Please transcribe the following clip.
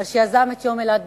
על שיזם את יום אילת בכנסת.